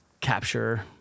capture